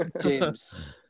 James